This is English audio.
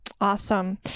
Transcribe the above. Awesome